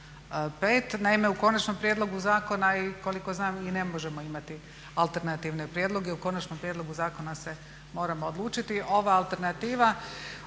Naime, u konačnom prijedlogu zakona i koliko znam i ne možemo imati alternativne prijedloge, u konačnom prijedlogu zakona se moramo odlučiti. Ova alternativa